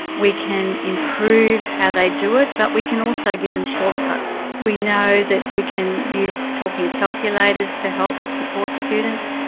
we can improve how they do it but we can also give them shortcuts. we know that we can use talking calculators to help support students,